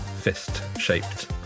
fist-shaped